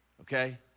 okay